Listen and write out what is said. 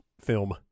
film